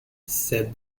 said